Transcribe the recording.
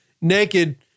naked